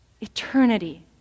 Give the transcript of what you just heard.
eternity